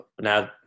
now